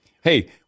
hey